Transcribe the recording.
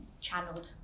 channeled